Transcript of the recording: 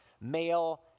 male